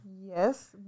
Yes